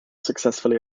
successfully